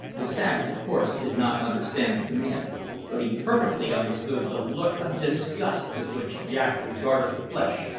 the savage, of course, did not understand the command but he perfectly understood the look of disgust with which jack regarded the flesh,